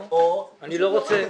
לא, אני לא רוצה.